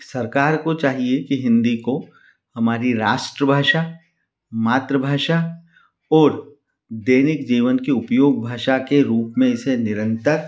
सरकार को चाहिए कि हिन्दी को हमारी राष्ट्रभाषा मातृभाषा और दैनिक जीवन के उपयोग भाषा के रूप में इसे निरन्तर